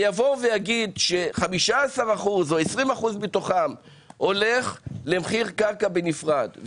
יבואו ויגיד ש-15% או 20% מתוכם הולך למחיר קרקע בנפרד.